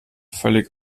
völlig